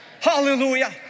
Hallelujah